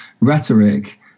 rhetoric